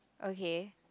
okay